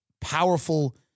powerful